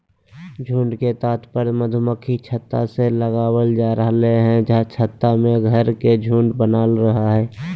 झुंड से तात्पर्य मधुमक्खी छत्ता से लगावल जा रहल हई छत्ता में घर के झुंड बनल रहई हई